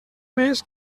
més